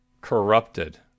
corrupted